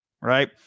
right